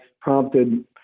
prompted